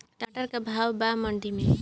टमाटर का भाव बा मंडी मे?